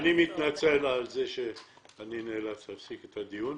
אני מתנצל על כך שאני נאלץ לסיים את הדיון.